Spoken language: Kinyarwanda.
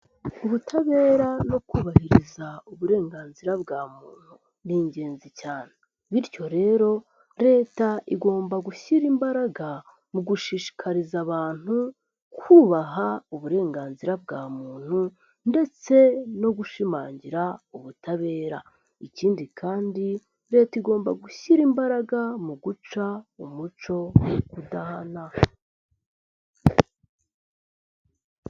Ubutabera no kubahiriza uburenganzira bwa muntu ni ingenzi cyane. Bityo rero, Leta igomba gushyira imbaraga mu gushishikariza abantu kubaha uburenganzira bwa muntu ndetse no gushimangira ubutabera. Ikindi kandi, Leta igomba gushyira imbaraga mu guca umuco wo kudahana.